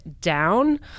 down